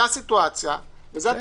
זה המצב וזה התפקיד.